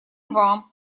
вам